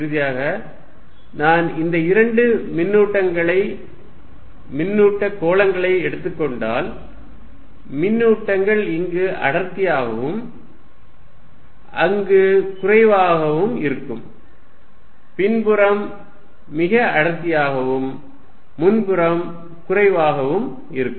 இறுதியாக நான் இந்த இரண்டு மின்னூட்டங்களை மின்னூட்ட கோளங்களை எடுத்துக் கொண்டால் மின்னூட்டங்கள் இங்கு அடர்த்தியாகவும் அங்கு குறைவாகவும் இருக்கும் பின்புறம் மிக அடர்த்தியாகவும் முன்புறம் குறைவாகவும் இருக்கும்